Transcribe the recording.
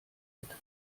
mit